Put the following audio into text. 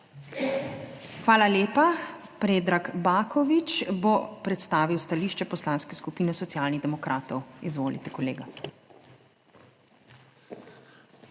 Hvala lepa. Predrag Baković bo predstavil stališče Poslanske skupine Socialnih demokratov. Izvolite, kolega.